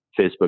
Facebook